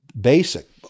Basic